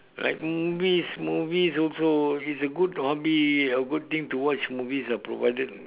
like movies movies also it's a good hobby a good thing to watch movie ah provided